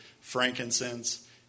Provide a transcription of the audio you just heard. frankincense